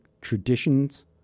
traditions